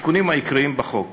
התיקונים העיקריים בחוק: